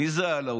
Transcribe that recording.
מי זה העלווים?